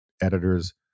editors